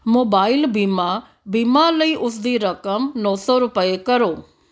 mobile ਬੀਮਾ ਬੀਮਾ ਲਈ ਉਸ ਦੀ ਰਕਮ ਨੌ ਸੌ ਰੁਪਏ ਕਰੋ